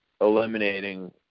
eliminating